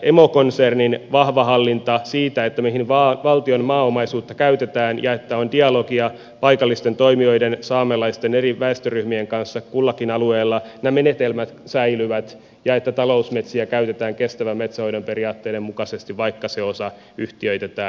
emokonsernin vahva hallinta siinä mihin valtion maaomaisuutta käytetään ja se että on dialogia paikallisten toimijoiden saamelaisten eri väestöryhmien kanssa kullakin alueella nämä menetelmät säilyvät ja se että talousmetsiä käytetään kestävän metsänhoidon periaatteiden mukaisesti vaikka se osa yhtiöitetään